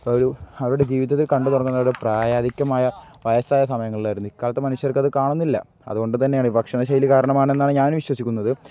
അപ്പം ഒരു അവരുടെ ജീവിതത്തിൽ കണ്ട് തുടങ്ങുന്നത് അവരുടെ പ്രായധിക്യമായ വയസ്സായ സമയങ്ങളിലായിരുന്നു ഇക്കാലത്ത് മനുഷ്യർക്ക് അത് കാണുന്നില്ല അതുകൊണ്ട് തന്നെയാണ് ഈ ഭക്ഷണ ശൈലി കാരണമെന്നാണ് ഞാനും വിശ്വസിക്കുന്നത്